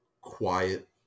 quiet